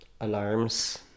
alarms